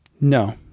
No